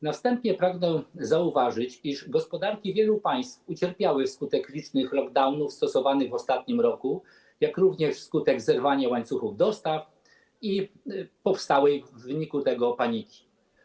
Na wstępie pragnę zauważyć, iż gospodarki wielu państw ucierpiały wskutek licznych lockdownów stosowanych w ostatnim roku, jak również wskutek zerwania łańcuchów dostaw i powstałej w wyniku tego paniki.